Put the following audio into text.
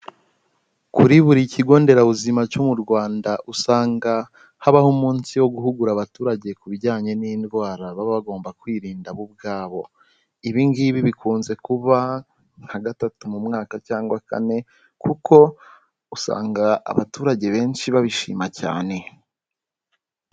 Kuri buri kigo nderabuzima cyo mu rwanda, usanga habaho umunsi wo guhugura abaturage ku bijyanye n'indwara baba bagomba kwirinda bo ubwabo, ibi ngibi bikunze kuba nka gatatu mu mwaka cyangwa kane kuko usanga abaturage benshi babishima cyane.